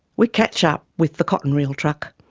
we catch up with the cotton reel truck.